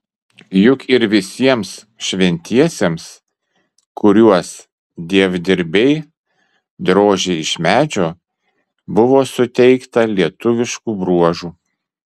juk ir visiems šventiesiems kuriuos dievdirbiai drožė iš medžio buvo suteikta lietuviškų bruožų